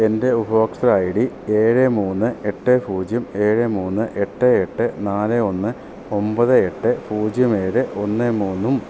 എൻ്റെ ഉപഭോക്തൃ I D ഏഴ് മൂന്ന് എട്ട് പൂജ്യം ഏഴ് മൂന്ന് എട്ട് എട്ട് നാല് ഒന്ന് ഒമ്പത് എട്ട് പൂജ്യം ഏഴ് ഒന്ന് മൂന്നും